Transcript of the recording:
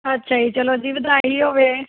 ਅੱਛਾ ਜੀ ਚਲੋ ਜੀ ਵਧਾਈ ਹੋਵੇ